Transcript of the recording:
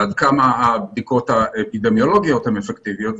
ועד כמה הבדיקות האפידמיולוגיות הן אפקטיביות.